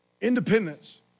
Independence